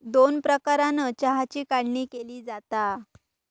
दोन प्रकारानं चहाची काढणी केली जाता